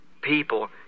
people